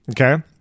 okay